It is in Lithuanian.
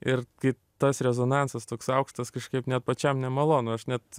ir kai tas rezonansas toks aukštas kažkaip net pačiam nemalonu aš net